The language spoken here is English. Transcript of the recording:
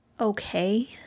okay